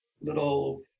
little